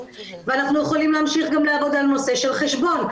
ואנחנו יכולים גם להמשיך לעבוד על נושא של חשבון.